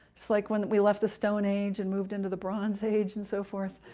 just like when we left the stone age and moved into the bronze age and so forth.